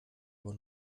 aber